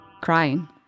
Crying